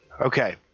Okay